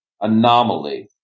anomaly